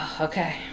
Okay